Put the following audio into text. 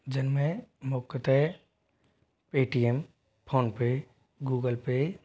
जिन में मुख्यतः Paytm PhonePe Google पे